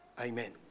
Amen